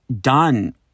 done